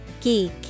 Geek